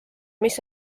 mis